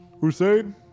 Hussein